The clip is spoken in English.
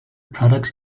products